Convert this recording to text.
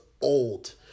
old